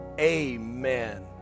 amen